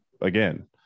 again